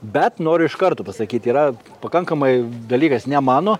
bet noriu iš karto pasakyti yra pakankamai dalykas ne mano